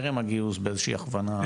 טרם הגיוס באיזושהי הכוונה.